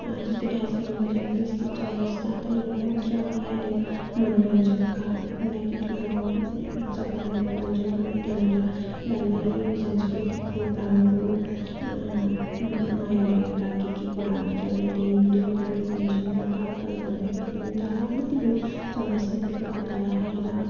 जस्तै दार्जिलिङ बजारमै अवस्थित चौरस्ता त एउटा मुख्य भइहाल्यो मनोरञ्जनका लागि ठुलो सबैलाई मनोरञ्जन गर्ने त्यहाँनेर डल्लै यो सांस्कृतिक प्रोग्रामहरू नयाँ भएका के के कुराहरू जसले त्यहीँनर हुँदै गरेको हुन्छ र पार्कहरू भन्दाखेरि पनि तल अलिकति चौरस्तादेखिको तल आएर